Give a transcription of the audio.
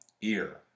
ear